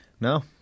No